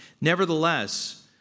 Nevertheless